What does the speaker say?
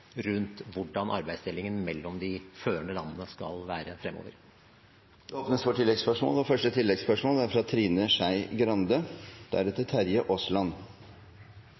rundt hvordan arbeidsdelingen mellom de førende landene skal være fremover. Det åpnes for oppfølgingsspørsmål – først Trine Skei Grande.